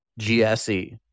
gse